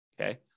okay